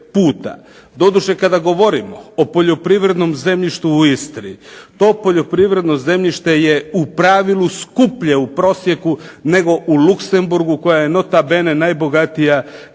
Doduše, kada govorimo o poljoprivrednom zemljištu u Istri to poljoprivredno zemljište je u pravilu skuplje u prosjeku nego u Luxemburgu koja je nota bene najbogatija europska